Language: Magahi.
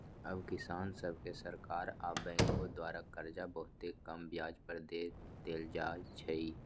अब किसान सभके सरकार आऽ बैंकों द्वारा करजा बहुते कम ब्याज पर दे देल जाइ छइ